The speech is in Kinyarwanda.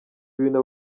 ibintu